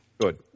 Good